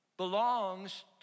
Belongs